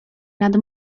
nad